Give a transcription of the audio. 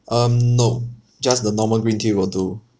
um no just the normal green tea will do